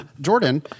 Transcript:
Jordan